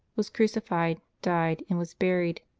was crucified died, and was buried.